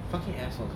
fucking assholes man